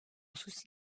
souci